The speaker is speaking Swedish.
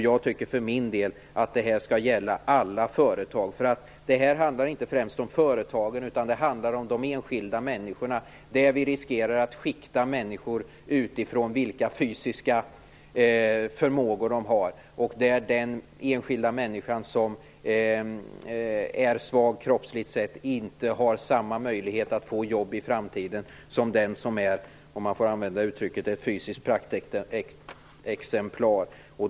Jag tycker för min del att detta skall gälla alla företag. Det handlar inte främst om företagen utan om de enskilda människorna. Vi riskerar att skikta människor utifrån de fysiska förmågor de har. En enskild människa som är kroppsligt svag kommer i framtiden kanske inte att ha samma möjlighet att få jobb som den som är - om uttrycket tillåts - ett fysiskt praktexemplar.